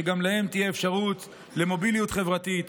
שגם להם תהיה אפשרות למוביליות חברתית,